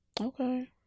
okay